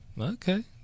okay